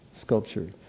sculpture